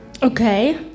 Okay